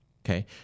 Okay